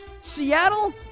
Seattle